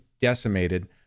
decimated